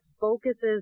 focuses